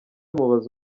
mubaze